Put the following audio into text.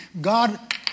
God